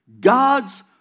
God's